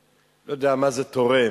שאני לא יודע מה זה תורם.